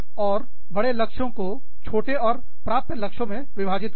और बड़े लक्ष्यों को छोटे और प्राप्य लक्ष्यों में विभाजित करें